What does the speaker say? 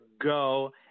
go